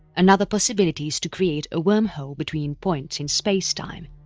another possibility is to create a wormhole between points in space-time.